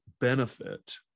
benefit